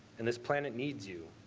and this planet needs you